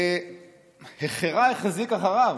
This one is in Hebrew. החרה-החזיק אחריו: